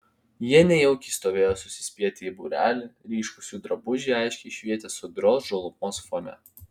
jie nejaukiai stovėjo susispietę į būrelį ryškūs jų drabužiai aiškiai švietė sodrios žalumos fone